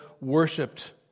worshipped